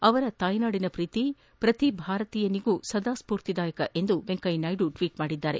ಅವರ ತಾಯ್ನಾಡಿನ ಪ್ರೀತಿ ಪ್ರತಿ ಭಾರತೀಯನಿಗೆ ಸದಾ ಸ್ಫೂರ್ತಿದಾಯಕ ಎಂದು ವೆಂಕಯ್ಹನಾಯ್ದ ಟ್ವೀಟ್ ಮಾಡಿದ್ದಾರೆ